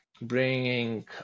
bringing